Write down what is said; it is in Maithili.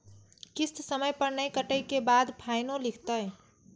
किस्त समय पर नय कटै के बाद फाइनो लिखते?